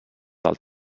del